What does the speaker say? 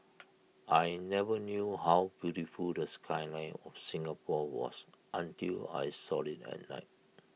I never knew how beautiful the skyline of Singapore was until I saw IT at night